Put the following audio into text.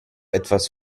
etwas